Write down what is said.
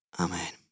Amen